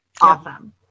Awesome